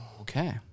Okay